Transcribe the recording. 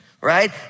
right